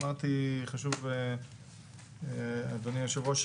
אדוני היושב-ראש,